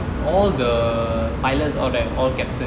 all the pilots all that all captain